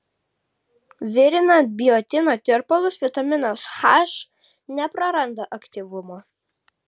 virinant biotino tirpalus vitaminas h nepraranda aktyvumo